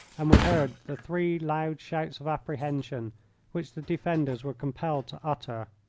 and we heard the three loud shouts of apprehension which the defenders were compelled to utter.